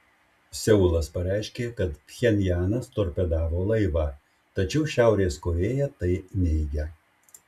seulas pareiškė kad pchenjanas torpedavo laivą tačiau šiaurės korėja tai neigia